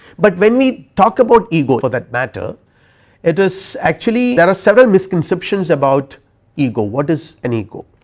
but when we talk about ego for that matter it is actually there are several misconceptions about ego, what is an ego?